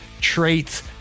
traits